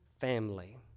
family